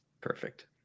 Perfect